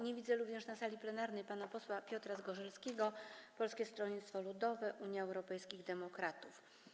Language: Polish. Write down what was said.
Nie widzę również na sali plenarnej pana posła Piotra Zgorzelskiego, Polskie Stronnictwo Ludowe - Unia Europejskich Demokratów.